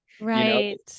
Right